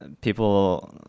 people